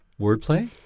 Wordplay